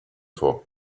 for